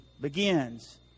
begins